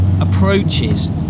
approaches